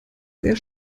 sehr